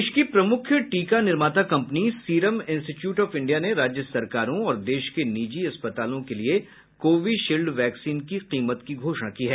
देश की प्रमुख टीका निर्माता company serum institute of India ने राज्य सरकारों और देश के निजी अस्पतालों के लिए कोविशील्ड वैक्सीन की कीमत की घोषणा की है